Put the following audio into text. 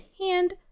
hand